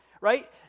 right